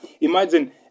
imagine